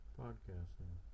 podcasting